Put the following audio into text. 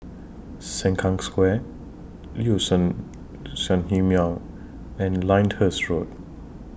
Sengkang Square Liuxun Sanhemiao and Lyndhurst Road